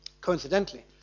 Coincidentally